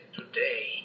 today